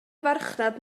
farchnad